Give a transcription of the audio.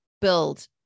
build